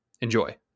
Enjoy